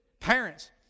parents